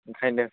ओंखायनो